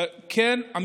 וכן,